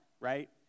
right